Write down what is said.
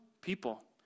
people